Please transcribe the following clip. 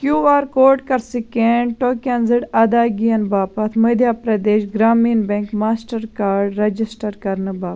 کیو R code کَر scan tokenized ادٲیگِیَن باپتھ Madhya Pradesh Gramin bank Mastercard register کرنہٕ باپتھ